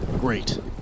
Great